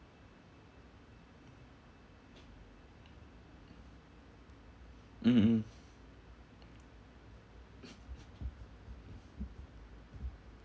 mm mm